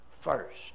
first